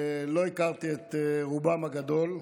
לא הכרתי את רובם הגדול.